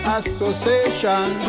Association